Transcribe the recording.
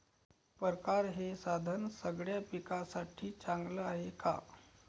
परकारं हे साधन सगळ्या पिकासाठी चांगलं हाये का?